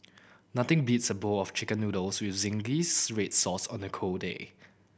nothing beats a bowl of Chicken Noodles with zingy red sauce on a cold day